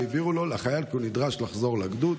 צה"ל הבהיר לחייל כי הוא נדרש לחזור לגדוד